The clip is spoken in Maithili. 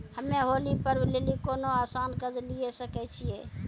हम्मय होली पर्व लेली कोनो आसान कर्ज लिये सकय छियै?